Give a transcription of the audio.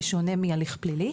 בשונה מהליך פלילי,